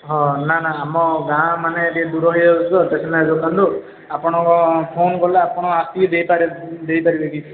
ହଁ ନା ନା ଆମ ଗାଁ ମାନେ ଟିକେ ଦୂର ହୋଇଯାଉଛି ତ ଷ୍ଟେସନାରୀ ଦୋକାନରୁ ଆପଣଙ୍କୁ ଫୋନ୍ କଲେ ଆପଣ ଆସିକି ଦେଇପାରିବେ ଦେଇପାରିବେ କି